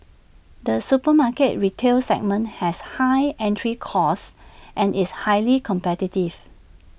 the supermarket retail segment has high entry costs and is highly competitive